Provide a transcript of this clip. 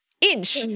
inch